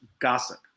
gossip